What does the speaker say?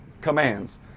commands